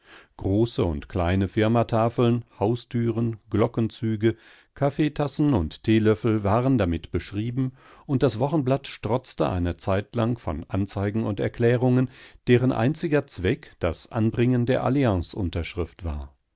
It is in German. große und kleine firmatafeln haustüren glockenzüge kaffeetassen und teelöffel waren damit beschrieben und das wochenblatt strotzte eine zeitlang von anzeigen und erklärungen deren einziger zweck das anbringen der alliance unterschrift war